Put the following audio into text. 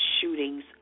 shootings